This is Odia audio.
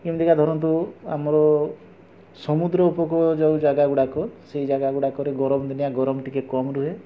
ଏମିତିକା ଧରନ୍ତୁ ଆମର ସମୁଦ୍ର ଉପକୂଳ ଯେଉଁ ଜାଗା ଗୁଡ଼ାକ ସେଇ ଜାଗା ଗୁଡ଼ାକରେ ଗରମ ଦିନିଆ ଗରମ ଟିକେ କମ୍ ରୁହେ